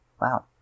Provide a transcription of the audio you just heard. wow